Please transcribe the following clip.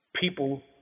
people